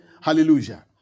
Hallelujah